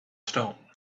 stone